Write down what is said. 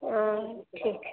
आँ ठीक है